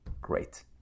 Great